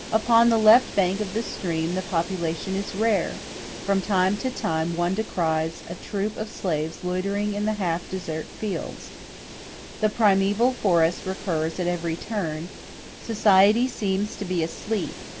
upon the left bank of the stream the population is rare from time to time one descries a troop of slaves loitering in the half-desert fields the primaeval forest recurs at every turn society seems to be asleep,